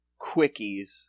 quickies